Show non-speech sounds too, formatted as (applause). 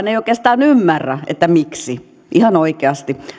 (unintelligible) ei oikeastaan ymmärrä miksi ihan oikeasti